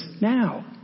now